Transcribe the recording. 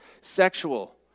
sexual